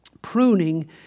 Pruning